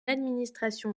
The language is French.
administration